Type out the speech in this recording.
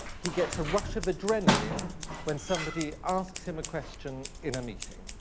he gets a rush of adrenaline when somebody asks him a question in a meeting.